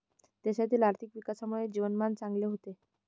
देशातील आर्थिक विकासामुळे जीवनमान चांगले होते